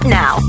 now